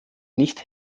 nicht